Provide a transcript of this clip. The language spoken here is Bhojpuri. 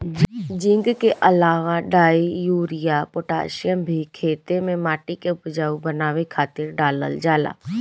जिंक के अलावा डाई, यूरिया, पोटैशियम भी खेते में माटी के उपजाऊ बनावे खातिर डालल जाला